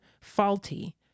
faulty